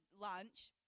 lunch